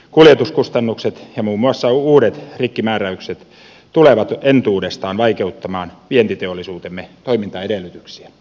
kuljetuskustannukset ja muun muassa uudet rikkimääräykset tulevat entuudestaan vaikeuttamaan vientiteollisuutemme toimintaedellytyksiä